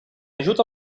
ajut